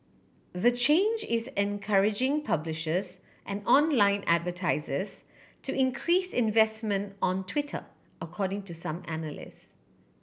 the change is encouraging publishers and online advertisers to increase investment on Twitter according to some analyst